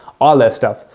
all that stuff.